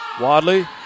Wadley